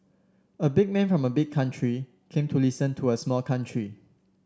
a big man from a big country came to listen to a small country